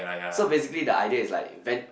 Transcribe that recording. so basically the idea is like went